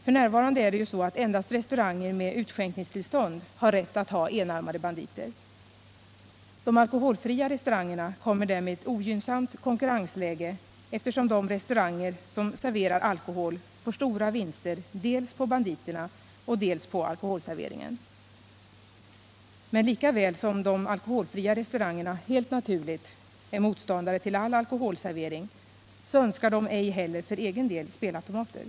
F.n. är det så att endast restauranger med utskänkningstillstånd har rätt att ha enarmade banditer. De alkoholfria restaurangerna kommer därmed i ogynnsamt konkurrensläge, eftersom de restauranger som serverar alkohol får stora vinster dels på banditerna, dels på alkoholserveringen. Men lika väl som de alkoholfria restaurangerna helt naturligt är motståndare till all alkoholservering, önskar de ej heller för egen del spelautomater.